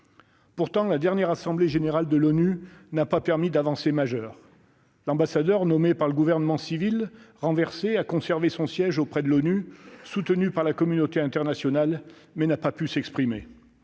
Pourtant, la dernière Assemblée générale de l'ONU n'a pas permis d'avancée majeure : l'ambassadeur birman nommé par le gouvernement civil renversé a conservé son siège auprès de l'ONU, soutenu par la communauté internationale, mais n'a pas pu s'exprimer.